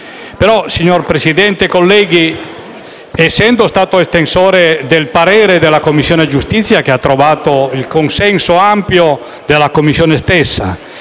signor Presidente, colleghi, essendo stato estensore del parere della Commissione giustizia, che ha trovato l'ampio consenso della Commissione stessa